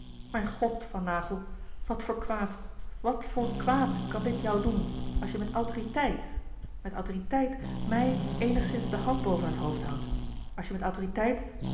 mijn god van naghel wat voor kwaad wat voor kwaad kan dit jou doen als louis couperus de boeken der kleine zielen je met autoriteit met autoriteit mij eenigszins de hand boven het hoofd houdt als je met autoriteit